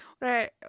Right